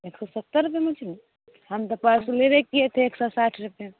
एक सओ सत्तरि रुपैए मछली हम तऽ परसू लेबे किए थे एक सौ साठि रुपैए